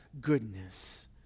goodness